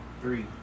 three